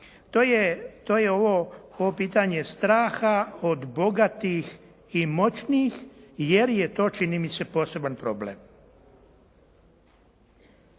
to je ovo pitanje straha od bogatih i moćnih jer je to čini mi se, poseban problem.